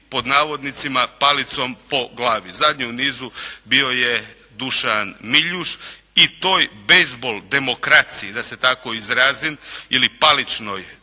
pod navodnicima, palicom po glavi. Zadnji u nizu bio je Dušan Miljuš i toj bejzbol demokraciji da se tako izrazim ili paličnoj